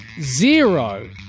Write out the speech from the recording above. zero